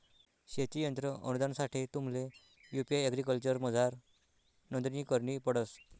शेती यंत्र अनुदानसाठे तुम्हले यु.पी एग्रीकल्चरमझार नोंदणी करणी पडस